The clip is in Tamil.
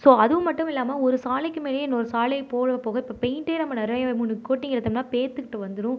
ஸோ அதுவும் மட்டும் இல்லாமல் ஒரு சாலைக்கு மேலேயே இன்னொரு சாலை போக போக இப்ப பெயிண்ட்டை நம்ம நிறைய மூணு கோட்டிங் இழுத்தோம்னா பேத்துக்கிட்டு வந்துடும்